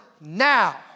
now